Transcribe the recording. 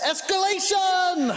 Escalation